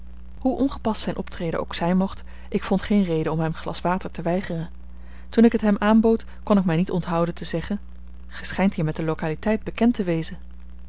hoe ongepast zijn optreden ook zijn mocht ik vond geen reden om hem een glas water te weigeren toen ik het hem aanbood kon ik mij niet onthouden te zeggen gij schijnt hier met de localiteit bekend te wezen